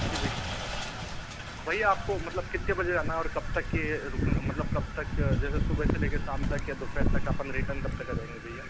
जी भैया भैया आपको मतलब कितने बजे जाना है और कब तक ये मतलब कब तक जैसे सुबह से लेके शाम तक या दोपहर तक अपन रिटर्न कब तक आ जाएंगे भैया